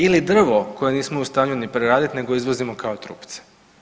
Ili drvo koje nismo u stanju ni preraditi nego izvozimo kao trupce?